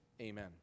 amen